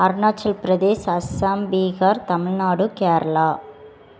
Arunachal Pradesh Assam Bihar Tamil Nadu Kerala